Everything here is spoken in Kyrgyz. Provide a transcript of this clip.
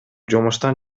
жумуштан